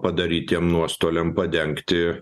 padarytiem nuostoliam padengti